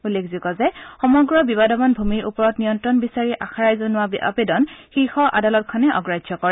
উল্লেখযোগ্য যে সমগ্ৰ বিবাদমান ভূমিৰ ওপৰত নিয়ন্ত্ৰণ বিচাৰি আখাৰাই জনোৱা আৱেদন শীৰ্ষ আদালতখনে অগ্ৰাহ্য কৰে